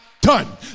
done